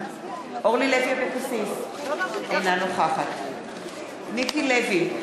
אורלי לוי אבקסיס, אינה נוכחת מיקי לוי,